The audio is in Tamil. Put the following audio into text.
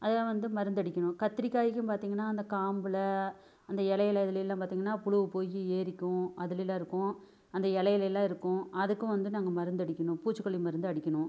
அதுதான் வந்து மருந்து அடிக்கணும் கத்திரிக்காய்க்கும் பார்த்திங்கன்னா அந்த காம்பில் அந்த இலையில இதில் எல்லாம் பார்த்திங்கன்னா புழு போய் ஏறிக்கும் அதிலயெல்லாம் இருக்கும் அந்த இலையில எல்லாம் இருக்கும் அதுக்கும் வந்து நாங்கள் மருந்து அடிக்கணும் பூச்சி கொல்லி மருந்து அடிக்கணும்